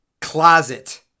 closet